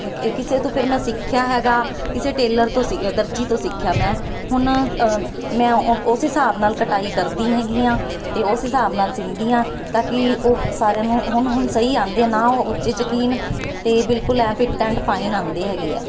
ਕਿਸੇ ਤੋਂ ਫਿਰ ਮੈਂ ਸਿੱਖਿਆ ਹੈਗਾ ਕਿਸੇ ਟੇਲਰ ਤੋਂ ਸੀ ਦਰਜੀ ਤੋਂ ਸਿੱਖਿਆ ਮੈਂ ਹੁਣ ਮੈਂ ਉ ਉਸੇ ਹਿਸਾਬ ਨਾਲ ਕਟਾਈ ਕਰਦੀ ਹੈਗੀ ਹਾਂ ਅਤੇ ਉਸ ਹਿਸਾਬ ਨਾਲ ਸੀਂਦੀ ਹਾਂ ਤਾਂ ਕਿ ਉਹ ਸਾਰਿਆਂ ਨੂੰ ਹੁਣ ਹੁਣ ਸਹੀ ਆਉਂਦੇ ਆ ਨਾ ਉਹ ਉੱਚੇ ਚਕੀਨ ਅਤੇ ਬਿਲਕੁਲ ਇਹ ਫਿੱਟ ਐਂਡ ਫਾਈਨ ਆਉਂਦੇ ਹੈਗੇ ਆ